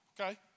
okay